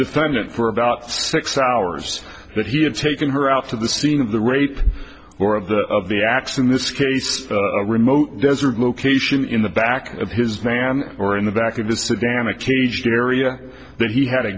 defendant for about six hours that he had taken her out to the scene of the rape or of the of the acts in this case a remote desert location in the back of his van or in the back of a sedan a caged area that he had a